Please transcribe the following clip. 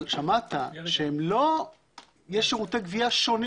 אבל שמעת שיש שירותי גבייה שונים